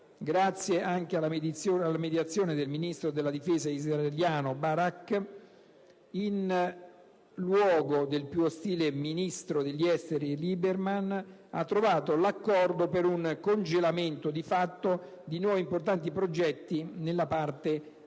grazie anche alla mediazione del ministro della difesa israeliano Barak, in luogo del più ostile ministro degli esteri Lieberman - ha trovato l'accordo per un congelamento di fatto di nuovi importanti progetti nella parte araba